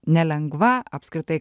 nelengva apskritai